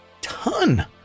ton